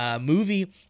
movie